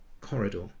corridor